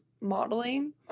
modeling